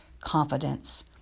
confidence